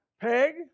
Peg